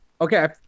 okay